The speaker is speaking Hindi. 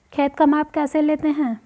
खेत का माप कैसे लेते हैं?